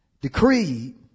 decreed